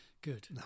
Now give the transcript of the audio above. Good